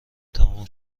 تمام